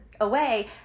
away